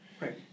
Right